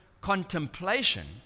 contemplation